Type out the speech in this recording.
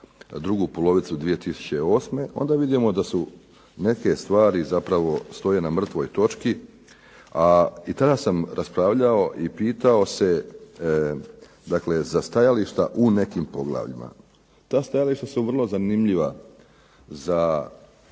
drugu polovicu 2008., onda vidimo da neke stvari stoje na mrtvoj točki, a i tada sam raspravljao i pitao se za stajališta u nekim poglavljima. Ta stajališta su vrlo zanimljiva za